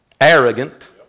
arrogant